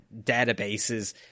databases